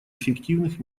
эффективных